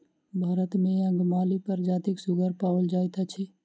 भारत मे अंगमाली प्रजातिक सुगर पाओल जाइत अछि